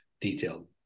detailed